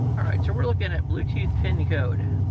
all right, so we're looking at bluetooth pin code,